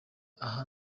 aha